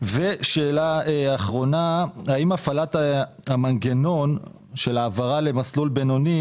ושאלה אחרונה: האם הפעלת המנגנון של העברה למסלול בינוני